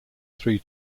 three